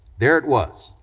there it was,